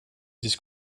this